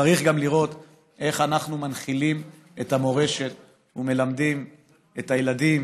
צריך גם לראות איך אנחנו מנחילים את המורשת ומלמדים את הילדים